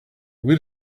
would